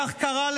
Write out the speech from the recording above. כך קרה,